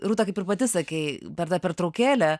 rūta kaip ir pati sakei per tą pertraukėlę